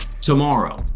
tomorrow